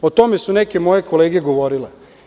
O tome su neke moje kolege govorile.